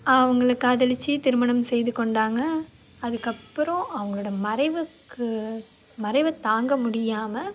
அவங்கள காதலித்து திருமணம் செய்து கொண்டாங்க அதுக்கு அப்பறம் அவங்களோட மறைவுக்கு மறைவை தாங்க முடியாமல்